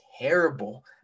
terrible